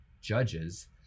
judges